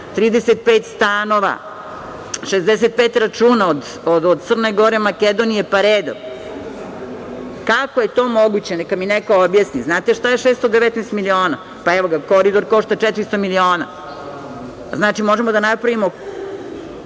35 stanova, 65 računa od Crne Gore, Makedonije, pa redom. Kako je to moguće neka mi neko objasni? Znate šta je 619 miliona? Evo, koridor košta 400 miliona. Znači, možemo da napravimo